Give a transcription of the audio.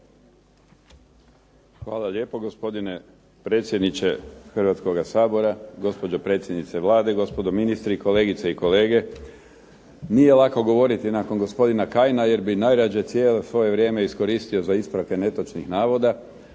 Hvala lijepo gospodine predsjedniče Hrvatskoga sabora, gospođo predsjednice Vlade, gospodo ministri, kolegice i kolege. Nije lako govoriti nakon gospodina Kajina jer bi najradije svoje cijelo vrijeme iskoristio za ispravke netočnih navoda,